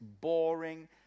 boring